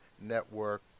network